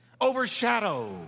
Overshadow